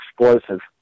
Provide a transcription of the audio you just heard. explosive